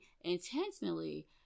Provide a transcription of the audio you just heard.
intentionally